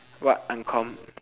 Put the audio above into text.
what uncommon